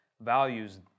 values